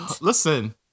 Listen